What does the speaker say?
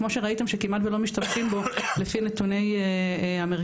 כמו שראיתם שכמעט ולא משתמשים בו לפי נתוני המרכז,